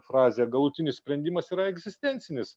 frazę galutinis sprendimas yra egzistencinis